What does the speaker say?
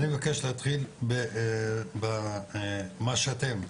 אני מבקש להתחיל במה שאתם,